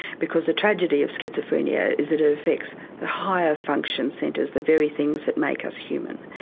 because the tragedy of schizophrenia is that it affects the higher function centres, the very things that make us human.